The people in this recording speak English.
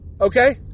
okay